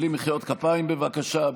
בלי מחיאות כפיים, בבקשה.